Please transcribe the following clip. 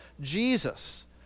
Jesus